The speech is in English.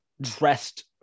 dressed